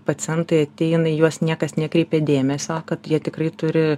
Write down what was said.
pacientai ateina į juos niekas nekreipia dėmesio kad jie tikrai turi